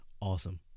awesome